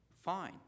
fine